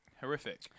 horrific